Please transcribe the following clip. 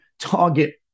target